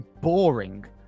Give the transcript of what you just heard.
boring